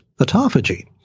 autophagy